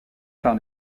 par